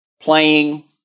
playing